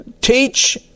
teach